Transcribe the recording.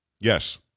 yes